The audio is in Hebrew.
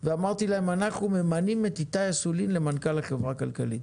ואמרתי להם אנחנו ממנים את איתי אסולין למנכ"ל החברה הכלכלית.